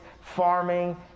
farming